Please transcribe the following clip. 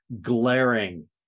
glaring